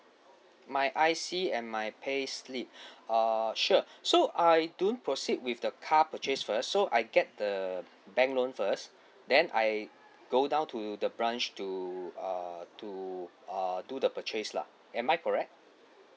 my I_C and my payslip err sure so I don't proceed with the car purchase first so I get the bank loan first then I go down to the branch to err to err do the purchase lah am I correct